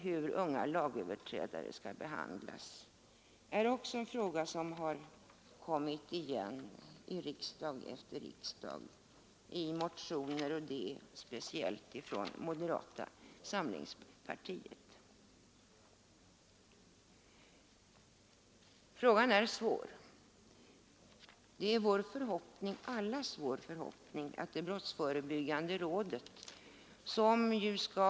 Hur unga lagöverträdare skall behandlas är en fråga som också har kommit igen riksdag efter riksdag i motioner, speciellt från moderata samlingspartiet. Frågan är svår. Det är allas vår förhoppning att det brottsförebyggande rådet skall lyckas i sin verksamhet.